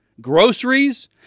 groceries